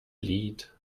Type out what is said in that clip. lied